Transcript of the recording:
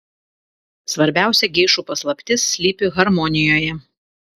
svarbiausia geišų paslaptis slypi harmonijoje